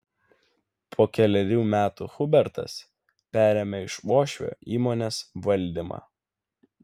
po kelerių metų hubertas perėmė iš uošvio įmonės valdymą